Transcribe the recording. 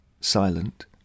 silent